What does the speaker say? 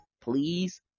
please